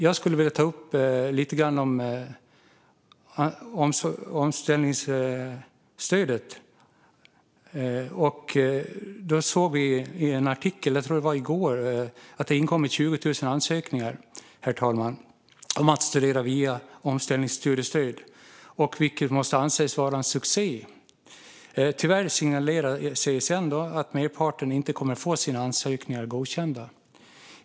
Jag skulle vilja ta upp omställningsstödet lite grann. Vi såg i en artikel - jag tror att det var i går - att det har inkommit 20 000 ansökningar, herr talman, om att studera via omställningsstudiestöd, vilket måste anses vara en succé. Tyvärr signalerar CSN att merparten inte kommer att få sina ansökningar godkända.